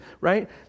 Right